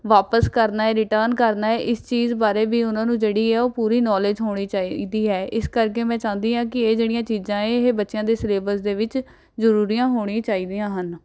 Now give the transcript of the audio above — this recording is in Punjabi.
ਵਾਪਸ ਕਰਨਾ ਹੈ ਰਿਟਰਨ ਕਰਨਾ ਹੈ ਇਸ ਚੀਜ਼ ਬਾਰੇ ਵੀ ਉਹਨਾਂ ਨੂੰ ਜਿਹੜੀ ਹੈ ਉਹ ਪੂਰੀ ਨੌਲੇਜ ਹੋਣੀ ਚਾਹੀਦੀ ਹੈ ਇਸ ਕਰਕੇ ਮੈਂ ਚਾਹੁੰਦੀ ਹਾਂ ਕਿ ਇਹ ਜਿਹੜੀਆਂ ਚੀਜ਼ਾਂ ਇਹ ਬੱਚਿਆਂ ਦੇ ਸਿਲੇਬਸ ਦੇ ਵਿੱਚ ਜਰੂਰੀਆਂ ਹੋਣੀ ਚਾਹੀਦੀਆਂ ਹਨ